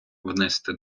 внести